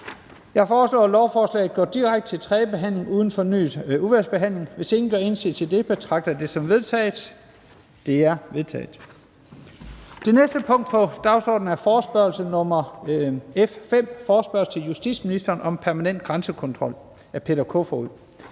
Jeg foreslår, at lovforslaget går direkte til tredje behandling uden fornyet udvalgsbehandling. Hvis ingen gør indsigelse, betragter jeg det som vedtaget. Det er vedtaget. --- Det næste punkt på dagsordenen er: 8) Forespørgsel nr. F 5: Forespørgsel til justitsministeren: Hvad er regeringens